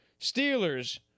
Steelers